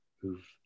who've